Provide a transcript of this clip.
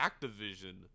activision